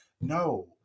No